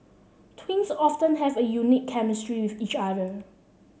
twins often have a unique chemistry with each other